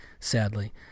Sadly